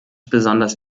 besonders